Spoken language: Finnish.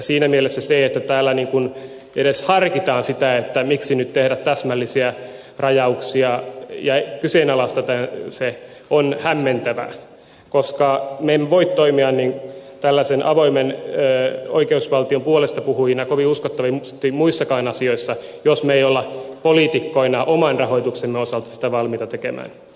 siinä mielessä se että täällä edes harkitaan sitä miksi nyt tehdä täsmällisiä rajauksia ja kyseenalaistetaan se on hämmentävää koska me emme voi toimia tällaisen avoimen oikeusvaltion puolestapuhujina kovin uskottavasti muissakaan asioissa jos me emme ole poliitikkoina oman rahoituksemme osalta sitä valmiita tekemään